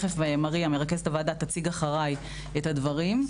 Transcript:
מריה, מרכזת הוועדה, תציג אחריי את הדברים.